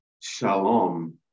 shalom